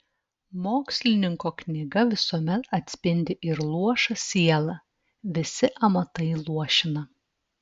mokslininko knyga visuomet atspindi ir luošą sielą visi amatai luošina